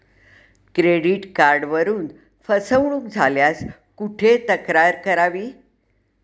Credit कार्डवरून फसवणूक झाल्यास कुठे तक्रार करावी?